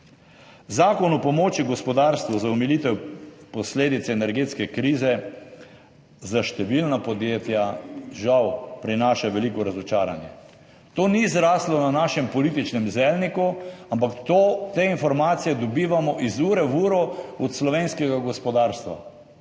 Zakon o pomoči gospodarstvu za omilitev posledic energetske krize za številna podjetja žal prinaša veliko razočaranje. To ni zraslo na našem političnem zelniku, ampak te informacije dobivamo iz ure v uro od slovenskega gospodarstva,